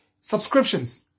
subscriptions